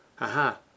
Aha